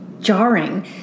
jarring